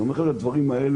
אני אומר לכם שהדברים האלה